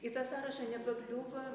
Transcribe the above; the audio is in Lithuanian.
į tą sąrašą nepakliūva